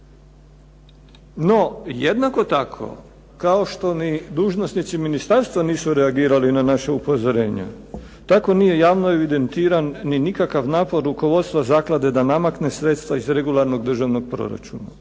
No jednako tako kao što ni dužnosnici ministarstva nisu reagirali na naše upozorenje, tako nije javno evidentiran ni nikakav napor rukovodstva zaklade da namakne sredstva iz regularnog državnog proračuna.